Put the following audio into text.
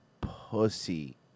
pussy